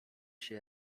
się